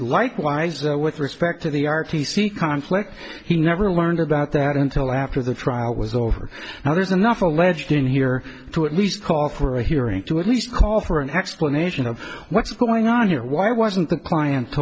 likewise with respect to the r t c conflict he never learned about that until after the trial was over now there's enough alleged in here to at least call for a hearing to at least call for an explanation of what's going on here why wasn't the client